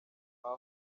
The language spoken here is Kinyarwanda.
aha